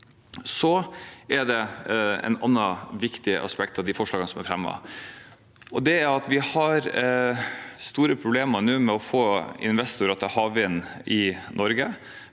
Så er det et annet viktig aspekt ved de forslagene som er fremmet. Det er at vi har store problemer med å få investorer til havvind i Norge,